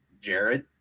Jared